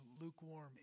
lukewarm